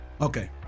Okay